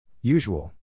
Usual